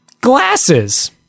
glasses